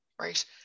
right